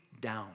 down